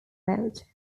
mode